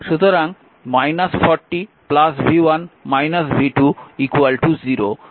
সুতরাং 40 v1 v2 0